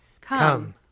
Come